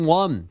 one